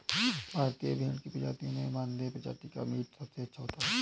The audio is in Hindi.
भारतीय भेड़ की प्रजातियों में मानदेय प्रजाति का मीट सबसे अच्छा होता है